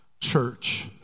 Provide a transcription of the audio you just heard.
church